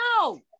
no